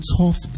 tough